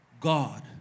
God